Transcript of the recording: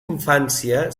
infància